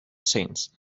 sense